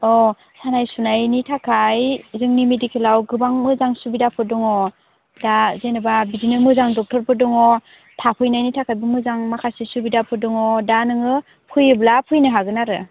अ सानाय सुनायनि थाखाय जोंनि मेडिकेलाव गोबां मोजां सुबिदाफोर दङ दा जेनेबा बिदिनो मोजां डक्ट'रफोर दङ थाफैनायनि थाखायबो मोजां माखासे सुबिदाफोर दङ दा नोङो फैयोब्ला फैनो हागोन आरो